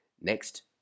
Next